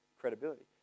credibility